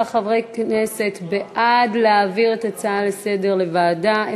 13 חברי כנסת בעד להעביר את ההצעה לסדר-היום לוועדה,